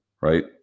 right